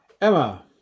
Emma